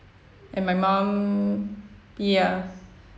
and my mum ya